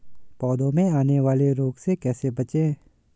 पौधों में आने वाले रोग से कैसे बचें?